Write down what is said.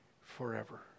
forever